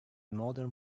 modern